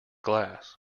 glass